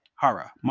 Hara